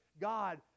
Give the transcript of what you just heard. God